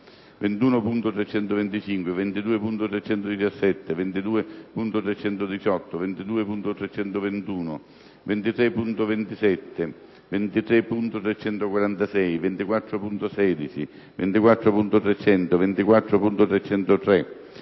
21.325, 22.317, 22.318, 22.321, 23.27, 23.346, 24.16, 24.300, 24.303,